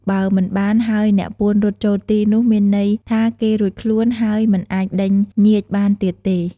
បើមិនបាន ហើយអ្នកពួនរត់ចូលទី នោះមានន័យថាគេរួចខ្លួន ហើយមិនអាចដេញញៀចបានទៀតទេ។